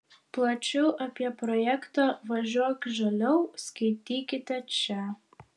plačiau apie projektą važiuok žaliau skaitykite čia